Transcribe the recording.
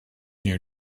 your